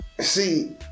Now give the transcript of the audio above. see